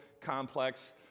complex